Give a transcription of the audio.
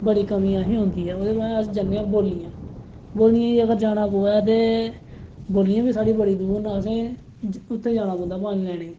बड़ी कमी असें गी होंदी ऐ ओहदे बाद अस जन्ने आं बौलियां बौलियें गी जाना पवै ते बौलियां साढ़े इत्थै बड़ियां दूर न कुतै जाना पौंदा पानी लैने गी